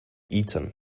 eton